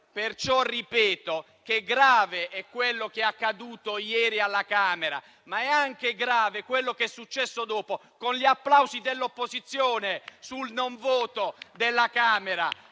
Perciò ripeto che è grave quanto è accaduto ieri alla Camera, ma è altrettanto grave quanto è successo dopo, con gli applausi dell'opposizione sul non voto della Camera.